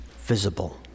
visible